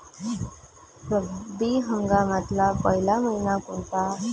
रब्बी हंगामातला पयला मइना कोनता?